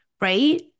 right